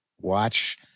watch